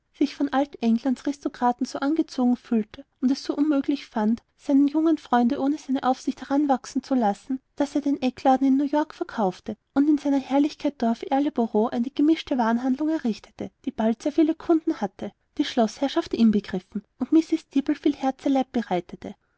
sich von alt-englands ristokraten so angezogen fühlte und es so unmöglich fand seinen jungen freund ohne seine aufsicht heranwachsen zu lassen daß er den eckladen in new york verkaufte und in seiner herrlichkeit dorf erleboro eine gemischte warenhandlung errichtete die bald sehr viele kunden hatte die schloßherrschaft inbegriffen und mrs dibble viel herzeleid bereitete